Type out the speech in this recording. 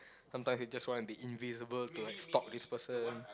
sometime you just want to be invisible to like stalk this person